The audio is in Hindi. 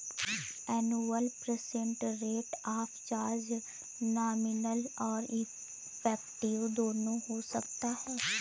annual percent rate of charge nominal और इफेक्टिव दोनों हो सकता है